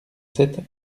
sept